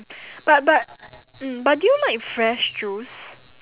but but mm but do you like fresh juice